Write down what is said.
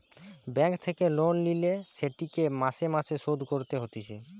bank থেকে loan লিলে সেটিকে মাসে মাসে শোধ করতে হতিছে